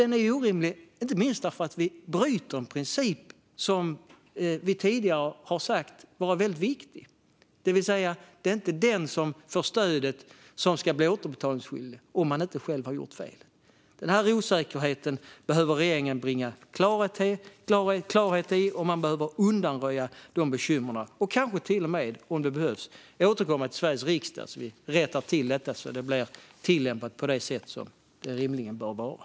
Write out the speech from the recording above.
Den är orimlig inte minst därför att det bryter mot en princip som vi tidigare har sagt är väldigt viktig, det vill säga att det inte är den som får stödet som ska bli återbetalningsskyldig om man inte själv har gjort fel. Den här osäkerheten behöver regeringen bringa klarhet i, och man behöver undanröja de bekymren. Man behöver kanske till och med återkomma till Sveriges riksdag så att vi kan rätta till det och så att det kan tillämpas på ett sätt som är rimligt.